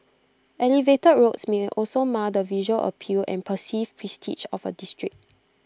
elevated roads may also mar the visual appeal and perceived prestige of A district